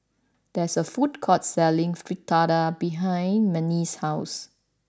there is a food court selling Fritada behind Manie's house